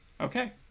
Okay